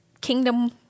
kingdom